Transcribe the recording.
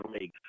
league